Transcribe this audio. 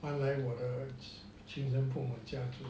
搬来我的亲生父母家住